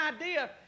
idea